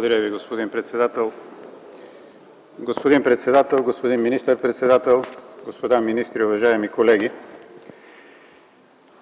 Благодаря Ви, господин председател. Господин председател, господин министър-председател, господа министри, уважаеми колеги!